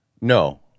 no